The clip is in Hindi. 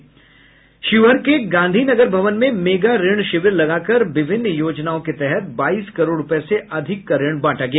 शिवहर के गांधी नगर भवन में मेगा ऋण शिविर लगाकर विभिन्न योजनाओं के तहत बाईस करोड़ रूपये से अधिक का ऋण बांटा गया